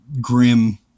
grim